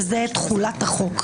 וזה תחולת החוק.